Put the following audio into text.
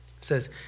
says